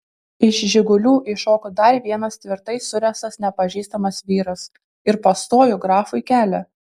iš žigulių iššoko dar vienas tvirtai suręstas nepažįstamas vyras ir pastojo grafui kelią